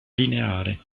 lineare